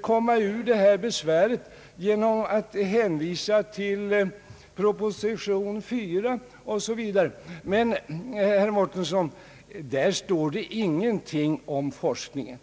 komma ur den besvärliga situationen genom att hänvisa till bl.a. proposition nr 4. Men, herr Mårtensson, där står ingenting om forskning.